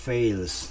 Fails